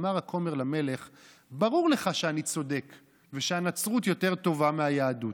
אמר הכומר למלך: ברור לך שאני צודק ושהנצרות יותר טובה מהיהדות,